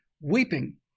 weeping